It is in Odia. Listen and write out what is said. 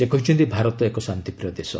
ସେ କହିଛନ୍ତି ଭାରତ ଏକ ଶାନ୍ତିପ୍ରିୟ ଦେଶ